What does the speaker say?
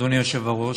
אדוני היושב-ראש,